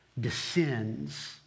descends